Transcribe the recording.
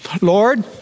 Lord